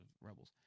Rebels